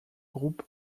groupe